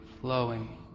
flowing